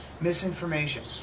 misinformation